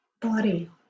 body